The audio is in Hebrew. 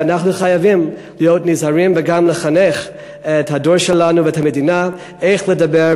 אנחנו חייבים להיזהר וגם לחנך את הדור שלנו ואת המדינה איך לדבר,